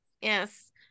Yes